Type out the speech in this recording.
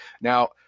Now